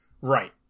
right